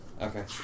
Okay